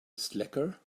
slacker